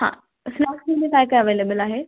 हां स्नॅक्समध्ये काय काय अव्हेलेबल आहे